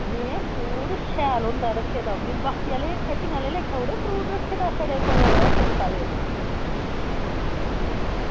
में फ्रूट शैल होंदा रक्खे दा बाकी आह्लीं हट्टिया आह्ले लेखा थोह्ड़े कोई कच्चा ते सड़े दा देना